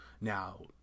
Now